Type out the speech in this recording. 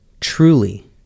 truly